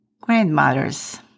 grandmothers